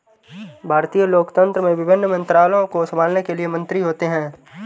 भारतीय लोकतंत्र में विभिन्न मंत्रालयों को संभालने के लिए मंत्री होते हैं